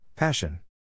Passion